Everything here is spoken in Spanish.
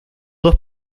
dos